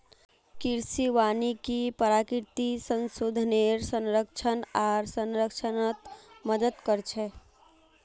कृषि वानिकी प्राकृतिक संसाधनेर संरक्षण आर संरक्षणत मदद कर छे